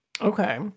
Okay